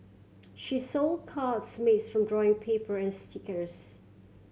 she sold cards made from drawing paper and stickers